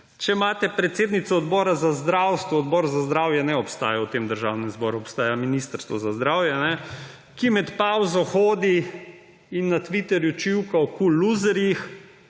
Če imate predsednico Odbora za zdravstvo − odbor za zdravje ne obstaja v tem državnem zboru, obstaja Ministrstvo za zdravje, ki med pavzo na Twitterju čivka o KUL luzerjih,